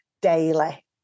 daily